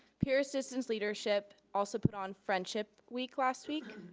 peer assistance leadership also put on friendship week last week,